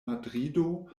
madrido